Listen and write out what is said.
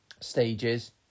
stages